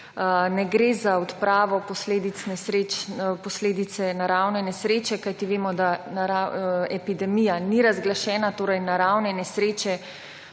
Ne gre za odpravo posledice naravne nesreče, kajti vemo, da epidemija ni razglašena, torej naravne nesreče